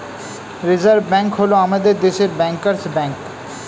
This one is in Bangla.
রিজার্ভ ব্যাঙ্ক হল আমাদের দেশের ব্যাঙ্কার্স ব্যাঙ্ক